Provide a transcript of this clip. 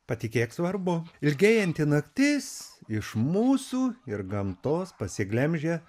patikėk svarbu ilgėjanti naktis iš mūsų ir gamtos pasiglemžia